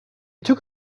took